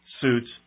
suits